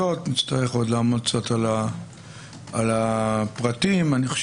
לסקירות ולהצגת עמדות, המטרה שלנו היא להתחיל היום